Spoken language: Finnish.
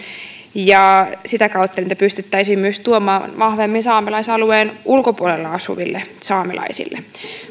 ja sitä kautta niitä pystyttäisiin myös tuomaan vahvemmin saamelais alueen ulkopuolella asuville saamelaisille